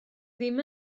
ddim